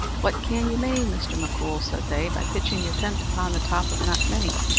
what can you mane, mr. m'coul, said they, by pitching your tent upon the top of knockmany,